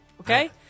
okay